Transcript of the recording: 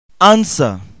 Answer